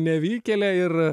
nevykėlė ir